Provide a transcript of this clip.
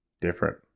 different